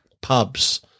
pubs